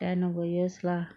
end of the years lah